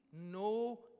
no